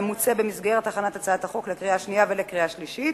ימוצה במסגרת הכנת הצעת החוק לקריאה השנייה ולקריאה השלישית,